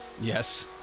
Yes